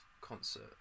concert